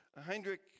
Heinrich